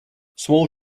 small